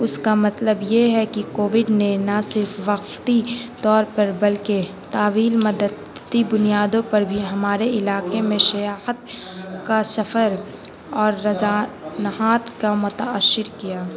اس کا مطلب یہ ہے کہ کووڈ نے نہ صرف وقتی طور پر بلکہ طویل مدد بنیادوں پر بھی ہمارے علاقے میں سیاحت کا سفر اور رجحانات کا متاثر کیا